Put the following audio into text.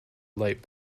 light